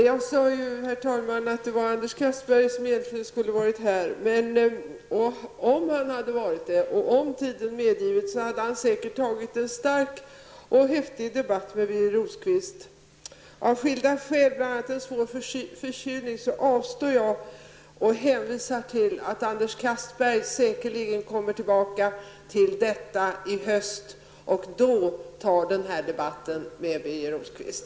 Herr talman! Jag sade att Anders Castberger egentligen skulle ha varit här. Om han hade varit här och om tiden medgivit, hade han säkert tagit en stark och häftig debatt med Birger Rosqvist. Av skilda skäl, bl.a. en svår förkylning, avstår jag från debatt och hänvisar till att Anders Castberger säkerligen återkommer till detta ärende i höst och då tar denna debatt med Birger Rosqvist.